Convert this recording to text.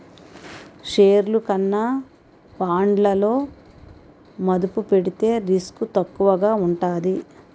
షేర్లు కన్నా బాండ్లలో మదుపు పెడితే రిస్క్ తక్కువగా ఉంటాది